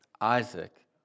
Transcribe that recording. Isaac